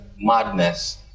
madness